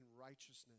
righteousness